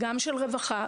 גם של רווחה,